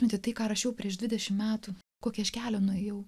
imti tai ką rašiau prieš dvidešim metų kokį aš keliu nuėjau